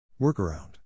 Workaround